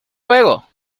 luego